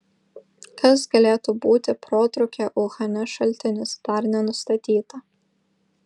kas galėtų būti protrūkio uhane šaltinis dar nenustatyta